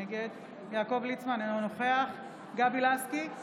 נגד יעקב ליצמן, אינו נוכח גבי לסקי,